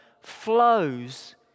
flows